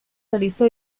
realizó